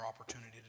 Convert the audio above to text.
opportunity